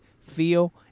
feel